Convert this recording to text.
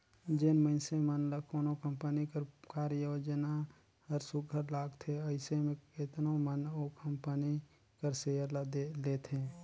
जेन मइनसे मन ल कोनो कंपनी कर कारयोजना हर सुग्घर लागथे अइसे में केतनो मन ओ कंपनी कर सेयर ल लेथे